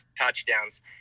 touchdowns